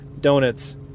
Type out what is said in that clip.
donuts